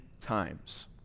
times